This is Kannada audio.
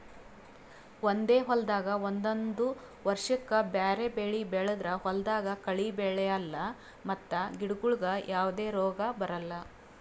ಒಂದೇ ಹೊಲ್ದಾಗ್ ಒಂದೊಂದ್ ವರ್ಷಕ್ಕ್ ಬ್ಯಾರೆ ಬೆಳಿ ಬೆಳದ್ರ್ ಹೊಲ್ದಾಗ ಕಳಿ ಬೆಳ್ಯಾಲ್ ಮತ್ತ್ ಗಿಡಗೋಳಿಗ್ ಯಾವದೇ ರೋಗ್ ಬರಲ್